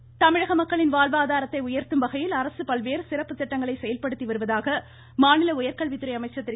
அன்பழகன் தமிழக மக்களின் வாழ்வாதாரத்தை உயர்த்தும் வகையில் அரசு பல்வேறு சிறப்பு திட்டங்களை செயல்படுத்தி வருவதாக மாநில உயர்கல்வித்துறை அமைச்சர் திரு